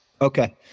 okay